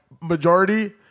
majority